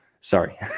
Sorry